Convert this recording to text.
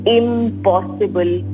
impossible